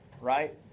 right